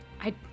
I-